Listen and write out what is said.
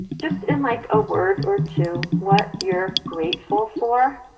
just in like a word or two, what you're grateful for.